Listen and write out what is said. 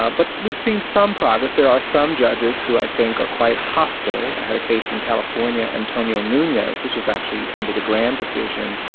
ah but we've seen some progress. there are some judges who i think are quite hostile. i had a case in california, antonio nunez, this was actually under the graham decision.